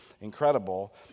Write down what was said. incredible